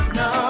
no